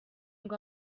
ngo